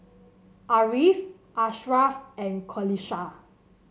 Ariff Asharaff and Qalisha